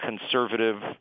conservative